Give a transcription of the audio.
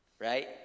right